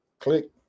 click